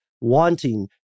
wanting